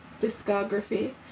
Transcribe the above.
discography